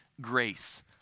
grace